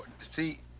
See